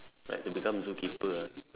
like to become zookeeper ah